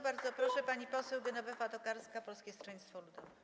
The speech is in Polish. Bardzo proszę, pani poseł Genowefa Tokarska, Polskie Stronnictwo Ludowe.